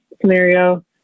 scenario